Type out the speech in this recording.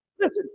Listen